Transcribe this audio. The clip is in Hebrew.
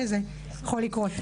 שזה יכול לקרות.